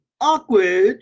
awkward